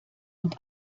und